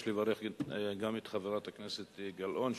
יש לברך גם את חברת הכנסת גלאון,